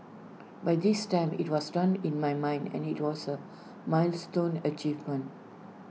by this time IT was done in my mind and IT was milestone achievement